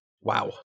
wow